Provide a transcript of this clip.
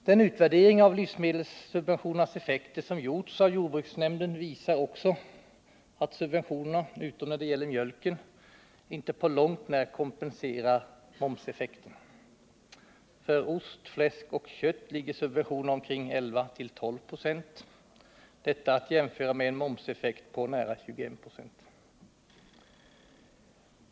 Den utvärdering av livsmedelssubventionernas effekter som gjorts av jordbruksnämnden visar också att subventionerna, utom då det gäller mjölken, inte på långt när kompenserar momseffekten. För ost, fläsk och kött ligger subventionerna på omkring 11-12 96 — detta att jämföra med en momseffekt på nära 21 96.